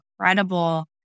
incredible